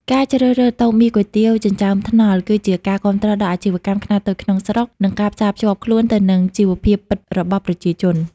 ការជ្រើសរើសតូបមីគុយទាវចិញ្ចើមថ្នល់ គឺជាការគាំទ្រដល់អាជីវកម្មខ្នាតតូចក្នុងស្រុក និងការផ្សារភ្ជាប់ខ្លួនទៅនឹងជីវភាពពិតរបស់ប្រជាជន។